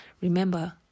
Remember